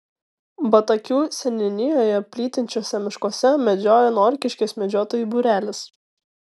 batakių seniūnijoje plytinčiuose miškuose medžioja norkiškės medžiotojų būrelis